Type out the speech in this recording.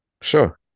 Sure